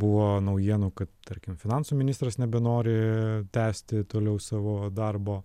buvo naujienų kad tarkim finansų ministras nebenori tęsti toliau savo darbo